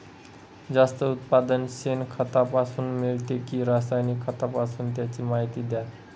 जास्त उत्पादन शेणखतापासून मिळते कि रासायनिक खतापासून? त्याची माहिती द्या